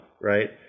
right